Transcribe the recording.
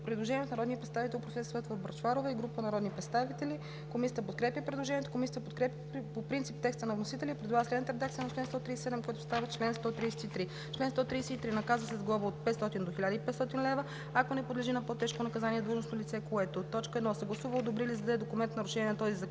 предложение от народния представител професор Светла Бъчварова и група народни представители. Комисията подкрепя предложението. Комисията подкрепя по принцип текста на вносителя и предлага следната редакция на чл. 137, който става чл. 133: „Чл. 133. Наказва се с глоба от 500 до 1500 лв., ако не подлежи на по-тежко наказание, длъжностно лице, което: 1. съгласува, одобри или издаде документ в нарушение на този закон